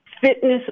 fitness